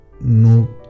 no